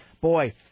Boy